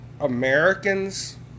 Americans